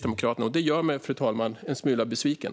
Det gör mig, fru talman, en smula besviken.